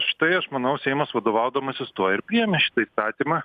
štai aš manau seimas vadovaudamasis tuo ir priėmė šitą įstatymą